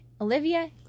Olivia